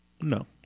No